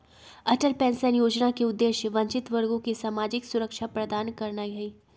Atal pension जोजना के उद्देश्य वंचित वर्गों के सामाजिक सुरक्षा प्रदान करनाइ हइ